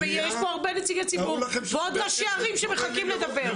יש פה הרבה נציגי ציבור ועוד ראשי ערים שמחכים לדבר.